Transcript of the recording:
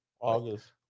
August